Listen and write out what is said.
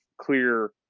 clear